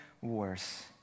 worse